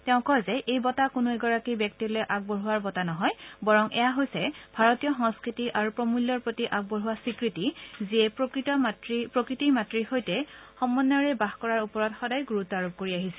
তেওঁ কয় যে এই বঁটা কোনো এগৰাকী ব্যক্তিলৈ আগবঢ়োৱা বঁটা নহয় বৰং এয়া হৈছে ভাৰতীয় সংস্কৃতি আৰু প্ৰমূল্যৰ প্ৰতি আগবঢ়োৱা স্বীকৃতি যিয়ে প্ৰকৃতি মাত়ৰ সৈতে সমন্বয়ৰে বাস কৰাৰ ওপৰত সদায় গুৰুত্ আৰোপ কৰি আহিছে